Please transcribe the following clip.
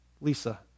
Lisa